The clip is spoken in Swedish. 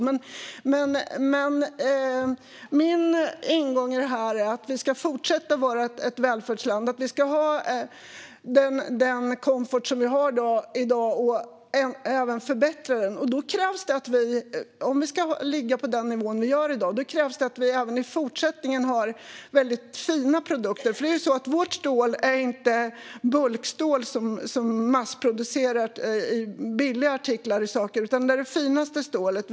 Min ingång i detta är att vi ska fortsätta vara ett välfärdsland och ha den komfort som vi har i dag och även förbättra den. Om vi ska ligga på den nivå vi har i dag krävs det att vi även i fortsättningen har väldigt fina produkter. Vårt stål är inte bulkstål som massproduceras för billiga artiklar, utan vi har det finaste stålet.